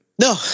No